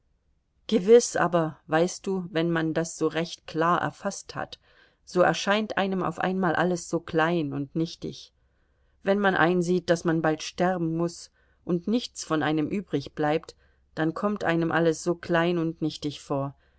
gewiß aber weißt du wenn man das so recht klar erfaßt hat so erscheint einem auf einmal alles so klein und nichtig wenn man einsieht daß man bald sterben muß und nichts von einem übrigbleibt dann kommt einem alles so klein und nichtig vor